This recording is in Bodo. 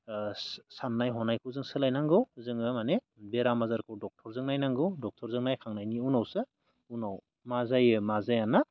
साननाय हनायखौ जों सोलायनांगौ जोङो माने बेराम आजारखौ ड'क्टरजों नायनांगौ ड'क्टरजों नायखांनायनि उनावसो उनाव मा जायो मा जाया ना